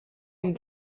une